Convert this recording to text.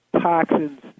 toxins